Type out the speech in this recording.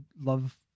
love